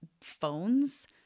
phones